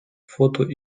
фото